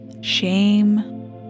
shame